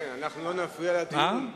ההפתעה הגיעה, הרב גפני.